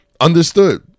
understood